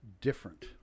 different